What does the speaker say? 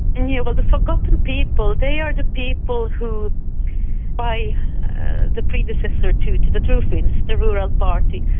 and yeah well the forgotten people, they are the people who by the predecessor to to the true finns, the rural party,